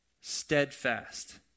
Steadfast